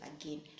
again